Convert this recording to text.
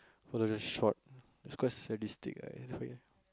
who does it shot it's quite sadistic ah I feel